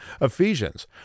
Ephesians